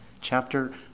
Chapter